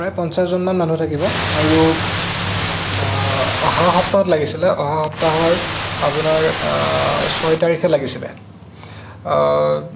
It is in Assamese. প্ৰায় পঞ্চাছজনমান মানুহ থাকিব আৰু অহা সপ্তাহত লাগিছিলে অহা সপ্তাহৰ আপোনাৰ ছয় তাৰিখে লাগিছিলে